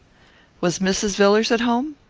was mrs. villars at home?